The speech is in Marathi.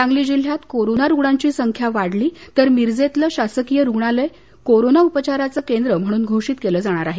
सांगली जिल्ह्यात कोरोना रुग्णांची संख्या वाढली तर मिरजेतलंशासकीय रुग्णालय कोरोना उपचाराचं केंद्र म्हणून घोषित केलं जाणार आहे